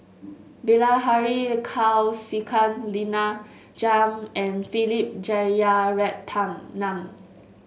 Bilahari Kausikan Lina Chiam and Philip